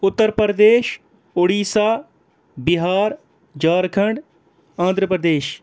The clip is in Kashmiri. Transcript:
اُترپردیش اُڈیٖسا بِہار جھارکھنٛڈ آندرا پردیش